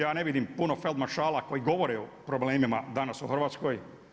Ja ne vidim puno feld maršala koji govore o problemima danas u Hrvatskoj.